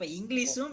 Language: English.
English